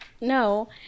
no